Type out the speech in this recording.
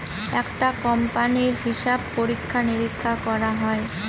একটা কোম্পানির হিসাব পরীক্ষা নিরীক্ষা করা হয়